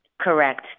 correct